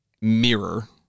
mirror